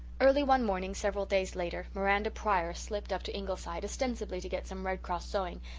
early one morning, several days later, miranda pryor slipped up to ingleside, ostensibly to get some red cross sewing,